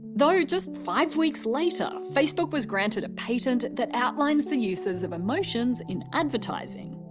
though just five weeks later, facebook was granted a patent that outlines the uses of emotions in advertising.